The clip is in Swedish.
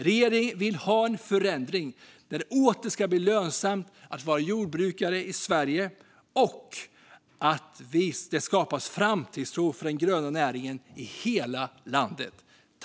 Regeringen vill ha en förändring där det åter ska bli lönsamt att vara jordbrukare i Sverige, och det ska skapas framtidstro för den gröna näringen i hela landet.